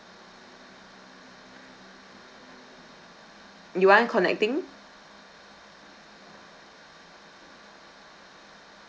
you want connecting